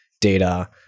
data